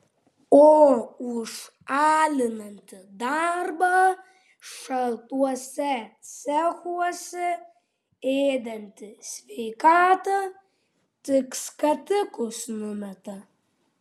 o už alinantį darbą šaltuose cechuose ėdantį sveikatą tik skatikus numeta